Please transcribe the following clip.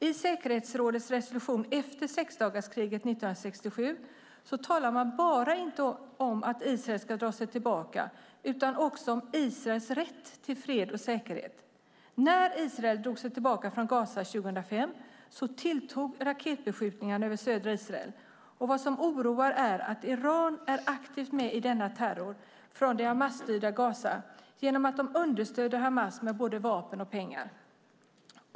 I säkerhetsrådets resolution efter sexdagarskriget 1967 talar man inte bara om att Israel ska dra sig tillbaka utan också om Israels rätt till fred och säkerhet. När Israel drog sig tillbaka från Gaza 2005 tilltog raketbeskjutningarna över södra Israel. Vad som oroar är att Iran är aktivt med i denna terror från det Hamasstyrda Gaza genom att understödja Hamas med både vapen och pengar.